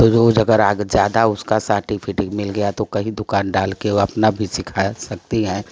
रोज अगर ज़्यादा उसका सार्टिफिकिट मिल गया तो कहीं दुकान डाल के अपना भी सिखा सकती हैं